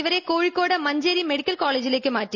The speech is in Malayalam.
ഇവരെ കോഴിക്കോട് മഞ്ചേരി മെഡിക്കൽ കോളേജുകളിലേക്ക് മാറ്റി